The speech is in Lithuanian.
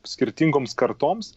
skirtingoms kartoms